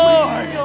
Lord